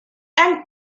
and